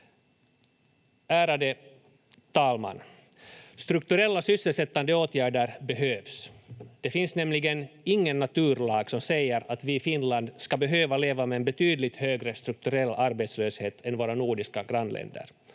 Ärade talman! Strukturella sysselsättande åtgärder behövs. Det finns nämligen ingen naturlag som säger att vi i Finland ska behöva leva med en betydligt högre strukturell arbetslöshet än våra nordiska grannländer,